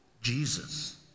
Jesus